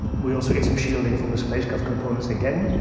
we also get some shielding from the spacecraft components again.